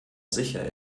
sicher